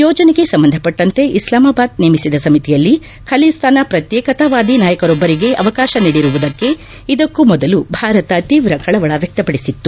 ಯೋಜನೆಗೆ ಸಂಬಂಧಪಟ್ಟಂತ ಇಸ್ಲಾಮಾಬಾದ್ ನೇಮಿಸಿದ ಸಮಿತಿಯಲ್ಲಿ ಖಲಿಸ್ತಾನ ಪ್ರತ್ಯೇಕತಾವಾದಿ ನಾಯಕರೊಬ್ಬರಿಗೆ ಅವಕಾಶ ನೀಡಿರುವುದಕ್ಕೆ ಇದಕ್ಕೂ ಮೊದಲು ಭಾರತ ತೀವ್ರ ಕಳವಳ ವ್ಯಕ್ಷಪಡಿಸಿತ್ತು